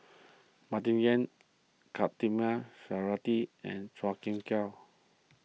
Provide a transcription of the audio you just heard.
Martin Yan Khatijah Surattee and Chua Kim Yeow